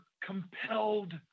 compelled